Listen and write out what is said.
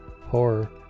horror